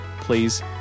Please